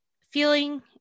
feeling